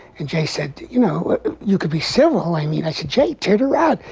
and jay said you know you could be civil i mean i said jay turned around.